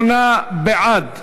38 בעד,